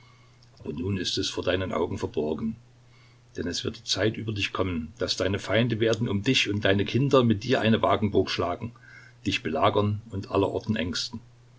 aber nun ist es vor deinen augen verborgen denn es wird die zeit über dich kommen daß deine feinde werden um dich und deine kinder mit dir eine wagenburg schlagen dich belagern und aller orten ängsten